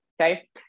okay